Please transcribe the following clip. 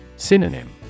Synonym